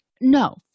No